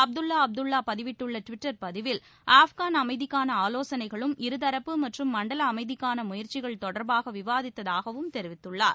அப்துல்லா அப்துல்லா பதிவிட்டுள்ள ட்விட்டர் பதிவில் அப்கான் அமைதிக்கான ஆலோசனைகளும் இருதரப்பு மற்றும் மண்டல அமைதிக்கான முயற்சிகள் தொடர்பாக விவாதித்ததாக தெரிவித்துள்ளார்